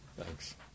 Thanks